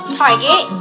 target